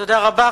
תודה רבה.